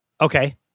Okay